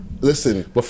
Listen